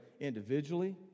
individually